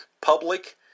Public